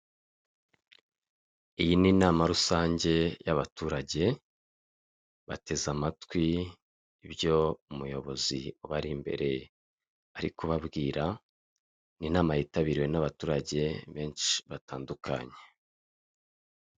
Iyi ni inama rusange y'abaturage, bateze amatwi ibyo umuyobozi ubari imbere ari kubabwira. Ni inama yitabiriwe n'abaturage benshi batandukanye.